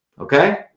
Okay